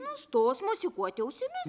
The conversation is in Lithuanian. nustos mosikuoti ausimis